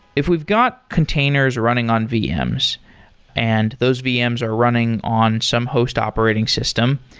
if we've got containers running on vms and those vms are running on some host operating system,